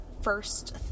first